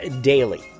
daily